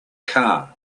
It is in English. car